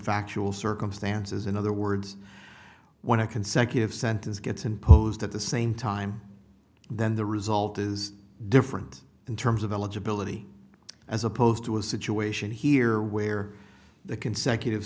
factual circumstances in other words one of consecutive sentence gets imposed at the same time then the result is different in terms of eligibility as opposed to a situation here where the consecutive